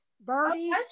birdies